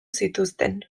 zituzten